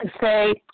say